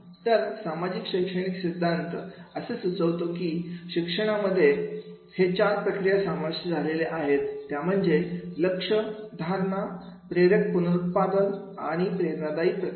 तर सामाजिक शैक्षणिक सिद्धांत असे सुचवतो कि शिक्षणामध्ये हे चार प्रक्रिया सामाविष्ट झालेल्या आहेत त्या म्हणजे लक्ष धारणा प्रेरक पुनरुत्पादन आणि प्रेरणादायी प्रक्रिया